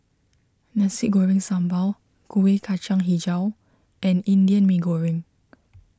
Nasi Goreng Sambal Kueh Kacang HiJau and Indian Mee Goreng